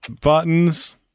buttons